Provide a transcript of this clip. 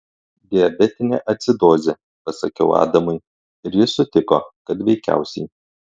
diabetinė acidozė pasakiau adamui ir jis sutiko kad veikiausiai